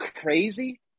crazy